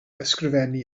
ysgrifennu